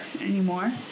anymore